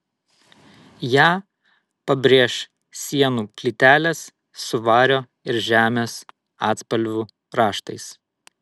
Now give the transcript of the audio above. ją pabrėš sienų plytelės su vario ir žemės atspalvių raštais